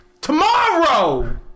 Tomorrow